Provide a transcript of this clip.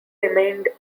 remained